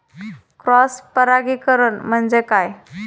Cross परागीकरण म्हणजे काय?